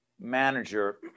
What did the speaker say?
manager